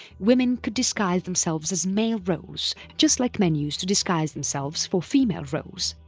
women could disguise themselves as male roles just like men used to disguise themselves for female roles.